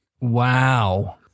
Wow